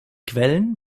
quellen